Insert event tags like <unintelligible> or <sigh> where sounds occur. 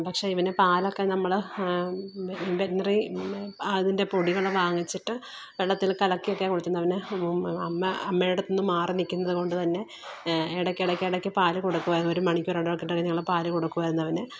പക്ഷേ ഇവന് പാലൊക്കെ നമ്മള് <unintelligible> അതിന്റെ പൊടികള് വാങ്ങിച്ചിട്ട് വെള്ളത്തില് കലക്കിയൊക്കെയാണ് കൊടുക്കുന്നത് അവന് അമ്മ അമ്മയുടെ അടുത്ത് നിന്ന് മാറി നിൽക്കുന്നത് കൊണ്ട് തന്നെ ഇടയ്ക്ക് ഇടയ്ക്ക് പാല് കൊടുക്കുവായിരുന്നു ഒരു മണിക്കൂര് ഇടവിട്ടിട്ട് ഞങ്ങള് പാല് കൊടുക്കുവായിരുന്നു അവന്